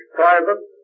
private